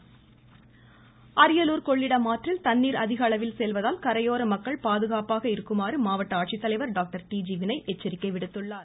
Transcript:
த த த த த த அரியலூர் அரியலூர் கொள்ளிடம் ஆற்றில் தண்ணீர் அதிகளவில் செல்வதால் கரையோர மக்கள் பாதுகாப்பாக இருக்குமாறு மாவட்ட ஆட்சித்தலைவர் டாக்டர் டி ஜி வினய் எச்சரிக்கை விடுத்துள்ளார்